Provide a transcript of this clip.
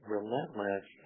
Relentless